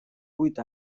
vuit